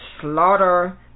slaughter